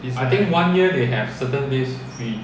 is like